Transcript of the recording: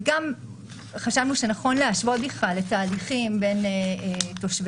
גם חשבנו שנכון להשוות בכלל את ההליכים בין תושבי